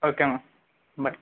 okay ma'am bye